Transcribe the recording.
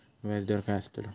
व्याज दर काय आस्तलो?